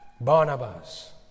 Barnabas